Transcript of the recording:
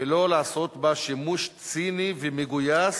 ולא לעשות בה שימוש ציני ומגויס